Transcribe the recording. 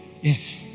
Yes